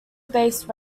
based